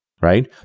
Right